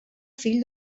fill